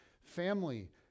family